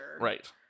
Right